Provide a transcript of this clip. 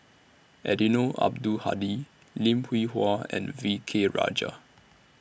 Eddino Abdul Hadi Lim Hwee Hua and V K Rajah